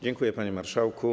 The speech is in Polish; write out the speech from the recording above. Dziękuję, panie marszałku.